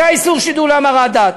זה איסור שידול להמרת דת.